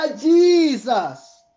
Jesus